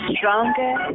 Stronger